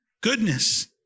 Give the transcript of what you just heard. goodness